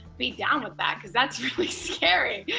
be down with that, cause that's really scary. yeah